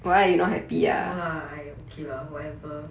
no lah I okay lah whatever